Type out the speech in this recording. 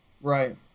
Right